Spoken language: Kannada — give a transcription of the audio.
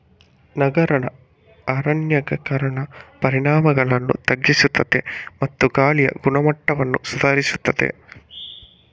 ನಗರ ಅರಣ್ಯೀಕರಣ ಪರಿಣಾಮಗಳನ್ನು ತಗ್ಗಿಸುತ್ತದೆ ಮತ್ತು ಗಾಳಿಯ ಗುಣಮಟ್ಟವನ್ನು ಸುಧಾರಿಸುತ್ತದೆ